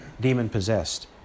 demon-possessed